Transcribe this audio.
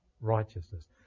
righteousness